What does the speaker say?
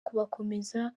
kubakomeza